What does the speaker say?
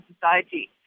society